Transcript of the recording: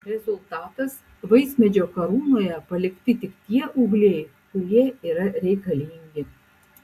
rezultatas vaismedžio karūnoje palikti tik tie ūgliai kurie yra reikalingi